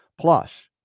plus